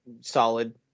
solid